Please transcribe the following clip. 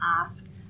ask